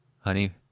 honey